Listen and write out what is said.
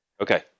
Okay